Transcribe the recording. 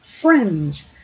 friends